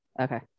okay